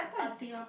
artist